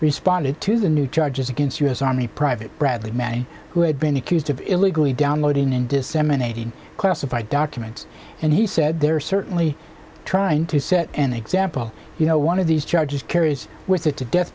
responded to the new charges against u s army private bradley manning who had been accused of illegally downloading and disseminating classified documents and he said they're certainly trying to set an example you know one of these charges carries with it to death